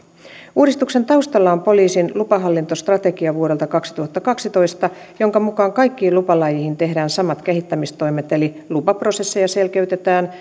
uudistuksen taustalla on poliisin lupahallintostrategia vuodelta kaksituhattakaksitoista jonka mukaan kaikkiin lupalajeihin tehdään samat kehittämistoimet eli lupaprosesseja selkeytetään